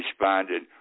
responded